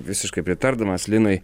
visiškai pritardamas linui